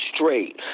straight